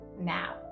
now